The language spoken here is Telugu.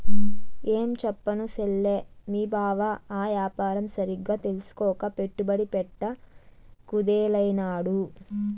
ఏంచెప్పను సెల్లే, మీ బావ ఆ యాపారం సరిగ్గా తెల్సుకోక పెట్టుబడి పెట్ట కుదేలైనాడు